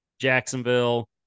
Jacksonville